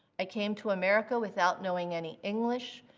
i came to america without knowing any english,